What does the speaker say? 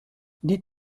dites